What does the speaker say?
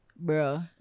bro